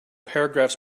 paragraphs